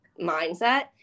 mindset